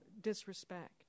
disrespect